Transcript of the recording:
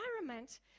environment